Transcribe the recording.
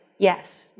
Yes